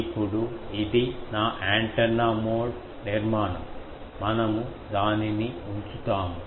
ఇప్పుడు ఇది నా యాంటెన్నా మోడ్ నిర్మాణం మనము దానిని ఉంచుతాము